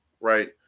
right